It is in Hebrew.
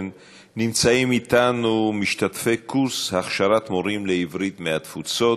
נמצאים אתנו משתתפי קורס הכשרת מורים לעברית מהתפוצות,